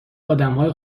آدمهای